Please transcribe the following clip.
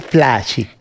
Flashy